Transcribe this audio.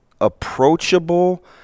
approachable